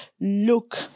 look